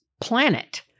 planet